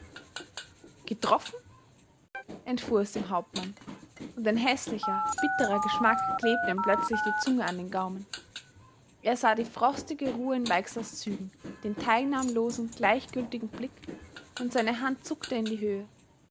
getroffen entfuhr es dem hauptmann und ein häßlicher bitterer geschmack klebte ihm plötzlich die zunge an den gaumen er sah die frostige ruhe in weixlers zügen den teilnahmslosen gleichgültigen blick und seine hand zuckte in die höhe